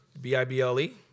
B-I-B-L-E